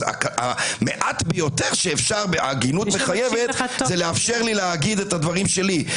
אז המעט ביותר שאפשר בהגינות המחייבת זה לאפשר לי להגיד את הדברים שלי.